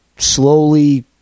slowly